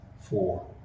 four